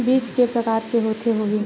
बीज के प्रकार के होत होही?